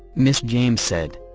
ms. james said.